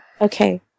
Okay